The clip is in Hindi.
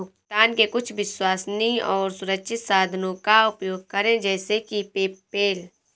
भुगतान के कुछ विश्वसनीय और सुरक्षित साधनों का उपयोग करें जैसे कि पेपैल